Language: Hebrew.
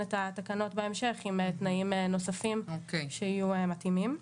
את התקנות בהמשך עם תנאים נוספים שיהיו מתאימים.